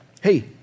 Hey